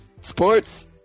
Sports